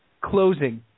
closing